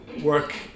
work